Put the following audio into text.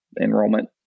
enrollment